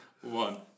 One